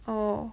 [ho]